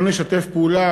שלא נשתף פעולה,